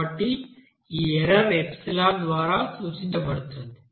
కాబట్టి ఈ ఎర్రర్ ద్వారా సూచించబడుతుంది